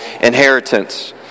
inheritance